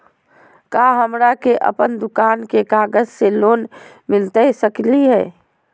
का हमरा के अपन दुकान के कागज से लोन मिलता सकली हई?